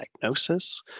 diagnosis